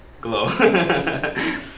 glow